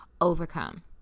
overcome